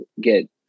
get